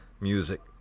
music